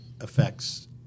affects